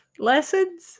lessons